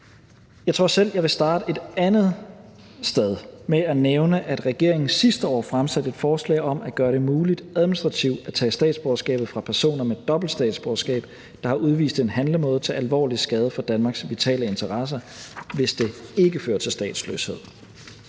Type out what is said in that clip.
Jeg tror selv, jeg vil starte et andet sted, nemlig med at nævne, at regeringen sidste år fremsatte et forslag om at gøre det muligt administrativt at tage statsborgerskabet fra personer med dobbelt statsborgerskab, der har udvist en handlemåde til alvorlig skade for Danmarks vitale interesser, hvis det ikke fører til statsløshed.